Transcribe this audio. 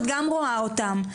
את גם רואה אותם,